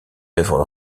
œuvre